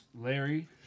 Larry